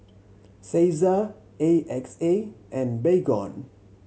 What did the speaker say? Cesar A X A and Baygon